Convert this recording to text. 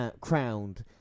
crowned